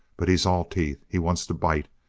but he's all teeth. he wants to bite.